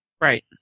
Right